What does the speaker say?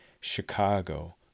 Chicago